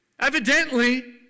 Evidently